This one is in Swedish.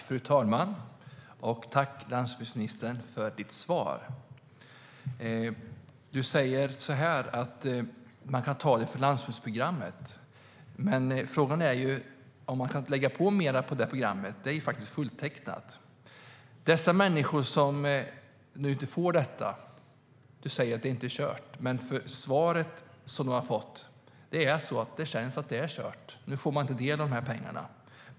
Fru talman! Tack för ditt svar, landsbygdsministern! Du säger att man kan ta lite från landsbygdsprogrammet. Men frågan är om man kan lägga på mer på det programmet - det är faktiskt fulltecknat. Du säger att det inte är kört för de människor som inte får detta, men när man hör svaret känns det att det är kört. Nu får de inte del av de här pengarna.